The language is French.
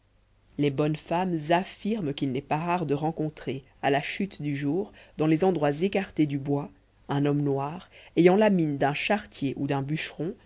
les bonnes femmes affirment qu'il n'est pas rare de rencontrer à la chute du jour dans les endroits écartés du bois un homme noir ayant la mine d'un charretier ou d'un bûcheron